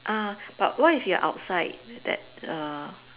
ah but what if you're outside that uh